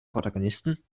protagonisten